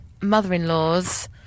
mother-in-laws